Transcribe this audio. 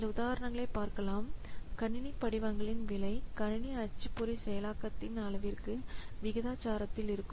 சில உதாரணங்களை பார்க்கலாம் கணினி படிவங்களின் விலை கணினி அச்சுப்பொறி செயலாக்கத்தின் அளவிற்கு விகிதாசாரத்தில் இருக்கும்